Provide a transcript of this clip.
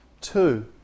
Two